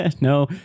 No